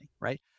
right